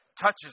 touches